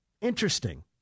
Interesting